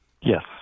Yes